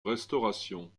restaurations